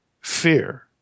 Fear